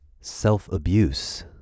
Self-abuse